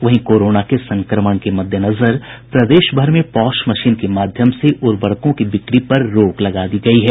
वहीं कोरोना के संक्रमण के मद्देनजर प्रदेशभर में पॉश मशीन के माध्यम से उर्वरकों की बिक्री पर रोक लगा दी गयी है